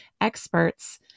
experts